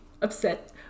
upset